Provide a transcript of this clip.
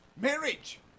marriage